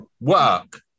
work